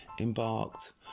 embarked